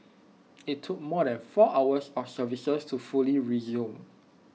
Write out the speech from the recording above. IT took more than four hours or services to fully resume